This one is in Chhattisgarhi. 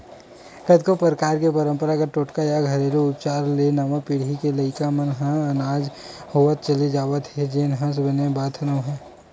कतको परकार के पंरपरागत टोटका या घेरलू उपचार ले नवा पीढ़ी के लइका मन ह अनजान होवत चले जावत हे जेन ह बने बात नोहय